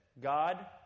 God